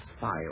file